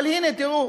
אבל, הנה, תראו